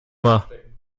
mal